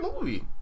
movie